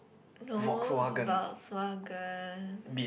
no Volkswagen